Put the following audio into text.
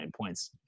points